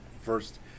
first